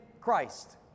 Christ